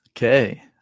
Okay